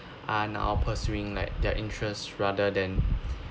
are now pursuing like their interest rather than